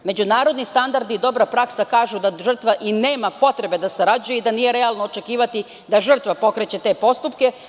Međunarodni standardi, dobra praksa kaže da žrtva i nema potrebe da sarađuje i da nije realno očekivati da žrtva pokreće te postupke.